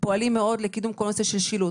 פועלים לקידום נושא השילוט,